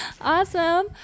awesome